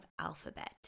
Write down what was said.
alphabet